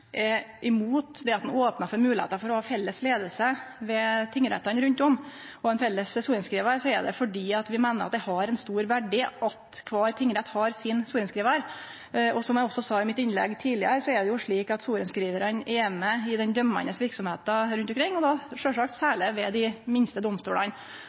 imot det at ein opnar for moglegheita for å ha felles leiing ved tingrettane rundt om og ein felles sorenskrivar, er det fordi vi meiner at det har ein stor verdi at kvar tingrett har sin sorenskrivar. Og som eg også sa i innlegget mitt tidlegare, er det jo slik at sorenskrivarane er med i den dømmande verksemda rundt omkring og då sjølvsagt særleg ved dei minste domstolane.